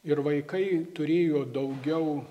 ir vaikai turėjo daugiau